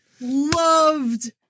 loved